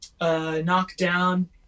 Knockdown